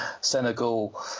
Senegal